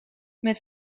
met